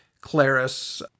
Claris